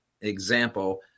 example